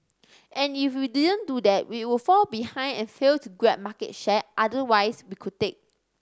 and if we didn't do that we would fall behind and fail to grab market share otherwise we could take